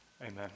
Amen